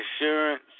insurance